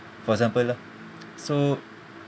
for example lah so